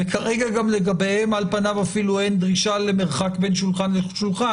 וכרגע גם לגביהם על פניו אפילו אין דרישה למרחק בין שולחן לשולחן,